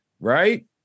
right